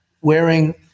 wearing